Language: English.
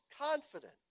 confident